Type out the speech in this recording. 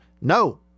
No